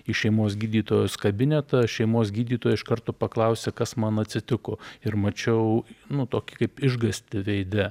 į šeimos gydytojos kabinetą šeimos gydytoja iš karto paklausė kas man atsitiko ir mačiau nu tokį kaip išgąstį veide